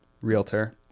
realtor